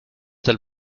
del